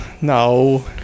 No